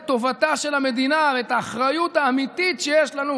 טובתה של המדינה ואת האחריות האמיתית שיש לנו